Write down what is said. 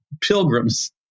pilgrims